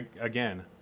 again